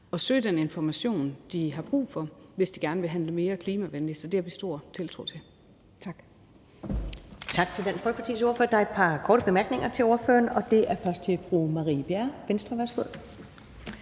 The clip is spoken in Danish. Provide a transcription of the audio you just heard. at søge den information, de har brug for, hvis de gerne vil handle mere klimavenligt. Så det har vi stor tiltro til. Tak.